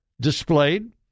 displayed